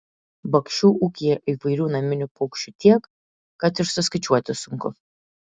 bakšių ūkyje įvairių naminių paukščių tiek kad ir suskaičiuoti sunku